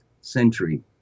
century